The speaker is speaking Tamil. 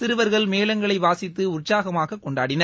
சிறுவர்கள் மேளங்களை வாசித்து உற்சாகமாக கொண்டாடினர்